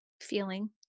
Feeling